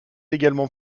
également